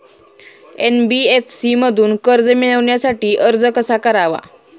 NBFC मधून कर्ज मिळवण्यासाठी अर्ज कसा करावा?